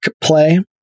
play